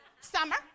Summer